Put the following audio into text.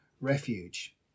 refuge